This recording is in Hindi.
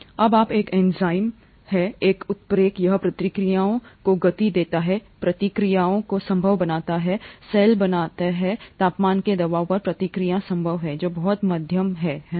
जब आप एक एंजाइम है एक उत्प्रेरक यह प्रतिक्रियाओं को गति देता है प्रतिक्रियाओं को संभव बनाता है सेल बनाता है सेल के तापमान के दबाव पर प्रतिक्रिया संभव है जो बहुत मध्यम है है ना